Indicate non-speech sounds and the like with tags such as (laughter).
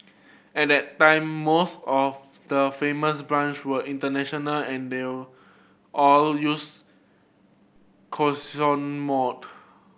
at that time most of the famous brands were international and they all used (unintelligible) mode